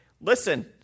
listen